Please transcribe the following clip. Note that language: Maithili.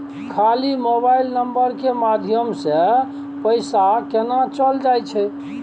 खाली मोबाइल नंबर के माध्यम से पैसा केना चल जायछै?